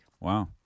Wow